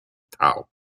tao